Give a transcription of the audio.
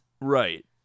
Right